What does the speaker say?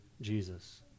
Jesus